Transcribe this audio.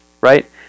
right